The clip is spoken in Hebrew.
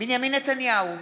בנימין נתניהו,